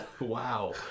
wow